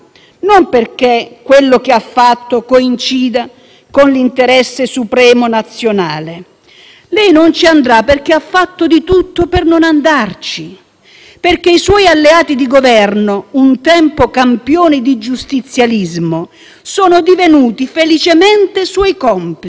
Lei non ci andrà perché ha fatto di tutto per non andarci, perché i suoi alleati di Governo, un tempo campioni di giustizialismo, sono divenuti felicemente suoi complici. *(Applausi dal Gruppo PD)*. Mentre ancora fingono, da anime belle, di essere diversi in un vergognoso gioco delle parti,